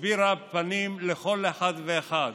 הסבירה פנים לכל אחד ואחד.